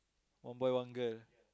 one boy one girl